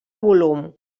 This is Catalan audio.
volum